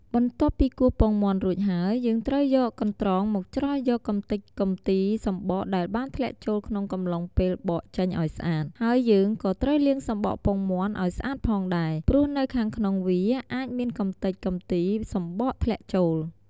បន្ទាប់ពីគោះពងមាន់រួចហើយ យើងត្រូវយកកន្ត្រងមកច្រោះយកកម្ទេចកម្ទីសំបកដែលបានធ្លាក់ចូលក្នុងកំឡុងពេលបកចេញឲ្យស្អាត ហើយយើងក៏ត្រូវលាងសំបកពងមាន់ឲ្យស្អាតផងដែរ ព្រោះនៅខាងក្នុងវាអាចមានកម្ទេចកម្ទីសំបកធ្លាក់ចូល។